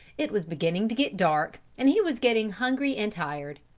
it was beginning to get dark and he was getting hungry and tired.